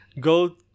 go